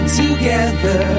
together